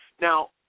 Now